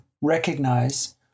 recognize